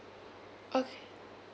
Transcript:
okay